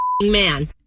man